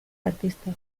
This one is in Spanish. artista